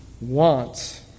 wants